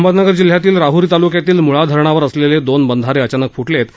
अहमदनगर जिल्ह्यातील राहरी तालुक्यातील मुळा धरणावर असलेले दोन बंधारे अचानक फ़़़़ले आहेत